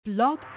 Blog